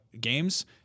games